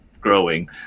growing